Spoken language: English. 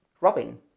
Robin